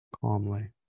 calmly